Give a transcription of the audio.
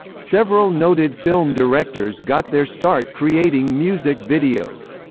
several noted film directors got their start creating music videos.